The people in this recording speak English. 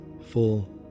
full